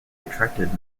attracted